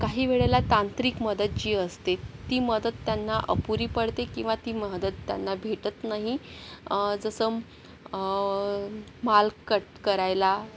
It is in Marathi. काही वेळेला तांत्रिक मदत जी असते ती मदत त्यांना अपुरी पडते किंवा ती मदत त्यांना भेटत नाही जसं माल कट करायला